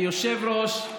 היושב-ראש,